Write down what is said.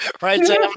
right